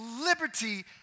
liberty